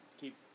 Keep